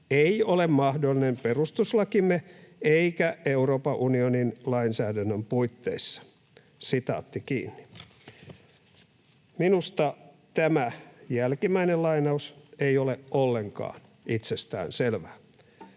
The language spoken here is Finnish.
ei ole mahdollinen perustuslakimme eikä Euroopan unionin lainsäädännön puitteissa.” Minusta tämä jälkimmäinen lainaus ei ole ollenkaan itsestään selvää.